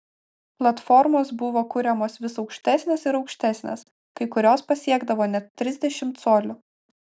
platformos buvo kuriamos vis aukštesnės ir aukštesnės kai kurios pasiekdavo net trisdešimt colių